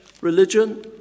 religion